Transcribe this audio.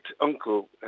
uncle